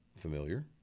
Familiar